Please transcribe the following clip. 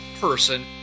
person